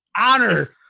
honor